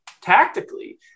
Tactically